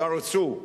תהרסו.